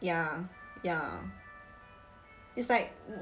ya ya it's like